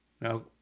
Now